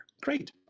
Great